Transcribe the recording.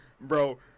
Bro